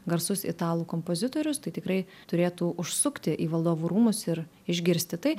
garsus italų kompozitorius tai tikrai turėtų užsukti į valdovų rūmus ir išgirsti tai